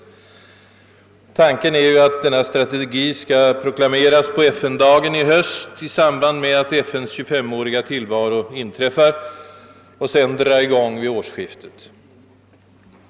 Tanken är ju att denna strategi skall proklameras på FN-dagen i höst i samband med att FN:s 25-åriga tillvaro inträffar, och sedan skall man dra i gång vid årsskiftet.